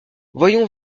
voyons